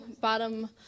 bottom